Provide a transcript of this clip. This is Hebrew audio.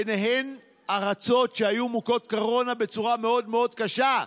ובהן ארצות שהיו מוכות קורונה בצורה מאוד מאוד קשה,